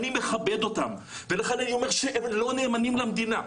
אני מכבד אותם ולכן אני אומר שהם לא נאמנים למדינה.